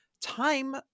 time